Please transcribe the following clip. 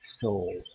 soul